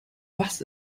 was